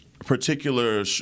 Particular